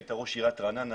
היית ראש עיריית רעננה,